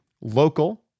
local